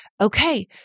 okay